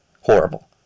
Horrible